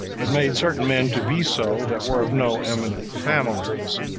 but made certain men to be so that were of no eminent families,